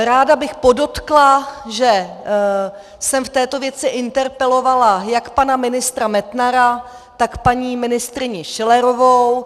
Ráda bych podotkla, že jsem v této věci interpelovala jak pana ministra Metnara, tak paní ministryni Schillerovou.